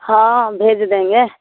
हाँ हम भेज देंगे